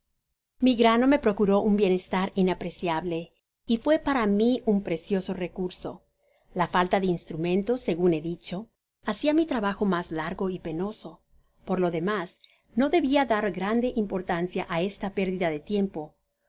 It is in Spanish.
mi grano me procuró un bienestar inapreciable y fué para mi un precioso recurso la falta de instrumentos segun he dicho bacia mi trabajo mas largo y penoso por lo demas no debia dar grande importancia á esta pérdida de tiempo paes